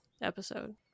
episode